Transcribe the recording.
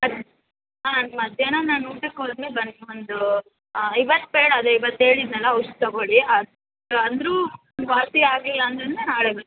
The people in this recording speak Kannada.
ಹಾಂ ಮಧ್ಯಾಹ್ನ ನಾನು ಊಟಕ್ಕೆ ಹೋದ ಮೇಲೆ ಬನ್ನಿ ಒಂದು ಇವತ್ತು ಬೇಡ ಅದೇ ಇವತ್ತು ಹೇಳಿದೆನಲ್ಲ ಔಷಧಿ ತೊಗೊಳ್ಳಿ ಅದು ಅಂದರೂ ವಾಸಿ ಆಗಲಿಲ್ಲ ಅಂದರೇನೇ ನಾಳೆ ಬನ್ನಿ